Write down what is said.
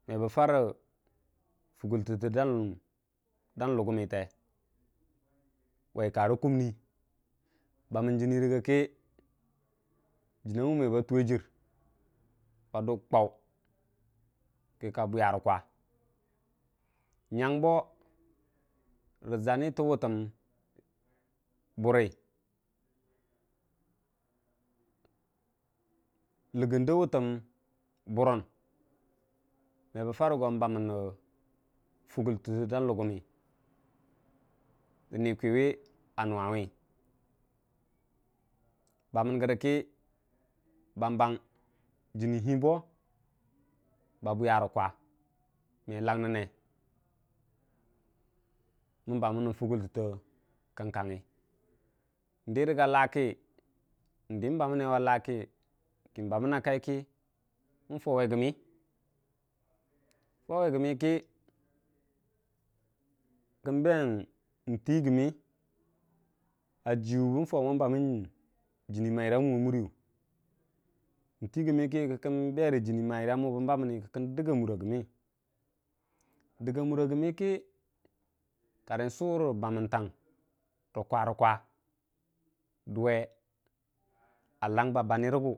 me bə farə fugultəttə dang lugumte wai karə kumm bamən jənni rəgə kə jənnina muu we ba juwe jərr kə ka bwiya rə kwa nyang bo ləgən da wuutəm mən burəm me bə farə go bawən re fugultətə dang lugummə yə nu kwiwi a nuwawi, bamən gərəkə bang bang jənni bo ba bwiya kwa me langngənne mən bamən nən fugultəttə kəng kangngi n'dərəga laa kə n'bamən akai kii bən fauwe gəmmi kə kən tii gəmmi a ju mən farə mo bəmən jənni miramu a murəyu kə kən dəgga mura gəmmi hii dəgga mura gəmmi kə karən surə bamən tang rə kwarə kwa duwe a lang ba bani regu.